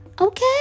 Okay